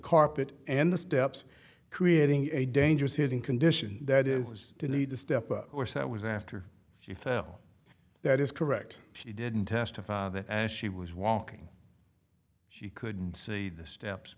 carpet and the steps creating a dangerous hitting condition that is the need to step up or so it was after she fell that is correct she didn't testify that as she was walking she couldn't see the steps